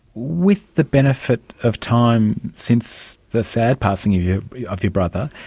with the benefit of time since the sad passing of your of your brother,